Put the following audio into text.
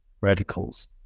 radicals